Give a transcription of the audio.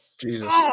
Jesus